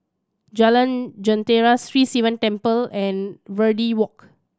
Jalan Jentera Sri Sivan Temple and Verde Walk